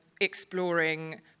exploring